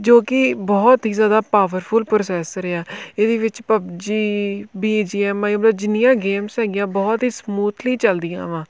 ਜੋ ਕਿ ਬਹੁਤ ਹੀ ਜ਼ਿਆਦਾ ਪਾਵਰਫੁਲ ਪ੍ਰੋਸੈਸਰ ਆ ਇਹਦੇ ਵਿੱਚ PUBG B G M I ਵ ਜਿੰਨੀਆਂ ਗੇਮਸ ਹੈਗੀਆਂ ਬਹੁਤ ਹੀ ਸਮੂਥਲੀ ਚੱਲਦੀਆਂ ਵਾ